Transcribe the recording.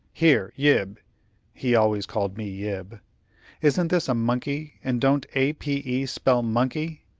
here, yib he always called me yib isn't this a monkey, and don't a p e spell monkey?